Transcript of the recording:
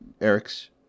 Eric's